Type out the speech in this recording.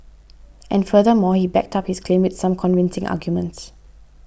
and furthermore he backed up his claim with some convincing arguments